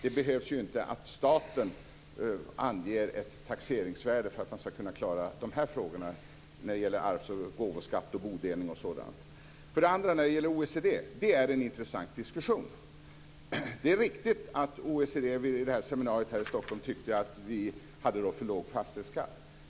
Det behövs inte att staten anger ett taxeringsvärde för att man ska klara de frågorna när det gäller arvs och gåvoskatt, bodelning och sådant. För det andra gäller det OECD. Det är en intressant diskussion. Det är riktigt att OECD vid seminariet här i Stockholm tyckte att Sverige hade för låg fastighetsskatt.